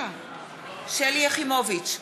שלי יחימוביץ,